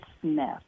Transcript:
Smith